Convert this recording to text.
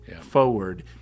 forward